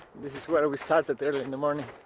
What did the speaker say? this is where we started early in the morning